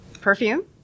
Perfume